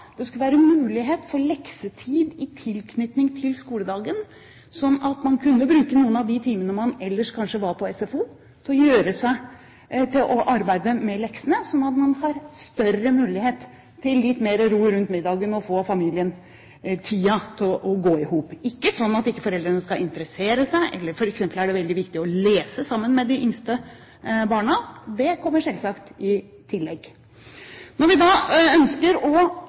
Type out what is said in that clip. det skal være mulighet for leksetid i tilknytning til skoledagen, slik at man kunne bruke noen av de timene man ellers kanskje var på SFO, til å arbeide med leksene, slik at man har større mulighet til litt mer ro rundt middagen og får familietiden til å gå i hop – ikke slik at foreldrene ikke skal interessere seg, f.eks. er det veldig viktig å lese sammen med de yngste barn. Det kommer selvsagt i tillegg. Når vi ønsker å